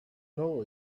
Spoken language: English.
know